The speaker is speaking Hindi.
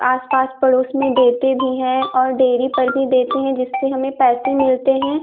आस पास पड़ोस में देते भी हैं और डेयरी पर भी देते हैं जिससे हमें पैसे मिलते हैं